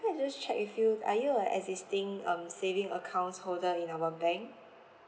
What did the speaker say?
and can I just check with you are you a existing um saving account holder in our bank